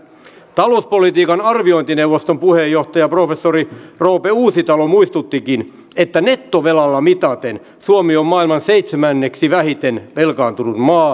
talouspolitiikan arviointineuvoston puheenjohtaja professori roope uusitalo muistuttikin että nettovelalla mitaten suomi on maailman seitsemänneksi vähiten velkaantunut maa